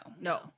No